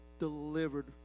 delivered